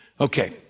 Okay